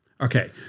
Okay